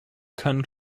kun